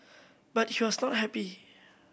but he was not happy